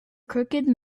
crooked